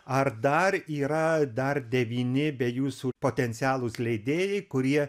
ar dar yra dar devyni be jūsų potencialūs leidėjai kurie